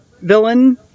villain